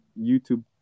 YouTube